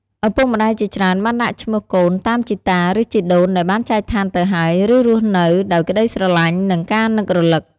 ឪពុកម្ដាយជាច្រើនបានដាក់ឈ្មោះកូនតាមជីតា ឬជីដូនដែលបានចែកឋានទៅហើយ ឬនៅរស់ ដោយក្ដីស្រឡាញ់ និងការនឹករលឹក។